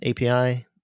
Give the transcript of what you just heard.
API